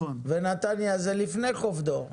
ונתניה זה לפני חוף דור.